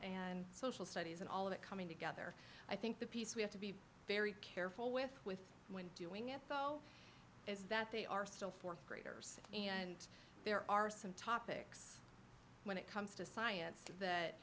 and social studies and all of that coming together i think the piece we have to be very careful with with when doing it though is that they are still th graders and there are some topics when it comes to science that